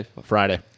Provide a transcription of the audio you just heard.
friday